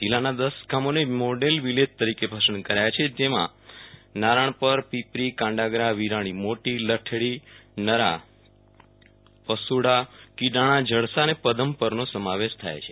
જિલ્લાના દસ ગામોને મોડેલ વિલેજ તરીકે પસંદ કરાયા છે તેમાં નારાણપર રાવરી પીપરી કાંડાગરા વિરાણી મોટી લઠેડી નરા પશુડા કિડાણા જડસા અને પદમપરનો સમાવેશ થાય છે